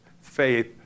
Faith